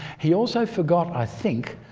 he also forgot, i think,